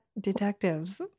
detectives